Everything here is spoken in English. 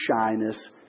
shyness